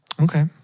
Okay